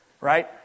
right